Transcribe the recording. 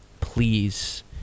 please